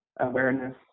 awareness